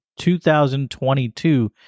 2022